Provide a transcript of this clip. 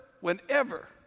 whenever